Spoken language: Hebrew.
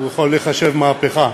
יכולה להיחשב מהפכה,